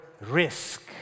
risk